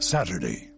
Saturday